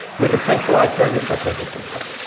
with a centralized service that does the same thing.